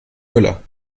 müller